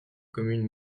commune